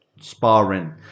sparring